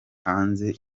hanze